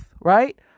right